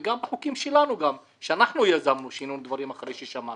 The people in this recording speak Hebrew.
וגם בחוקים שלנו שאנחנו יזמנו שינו דברים אחרי ששמענו.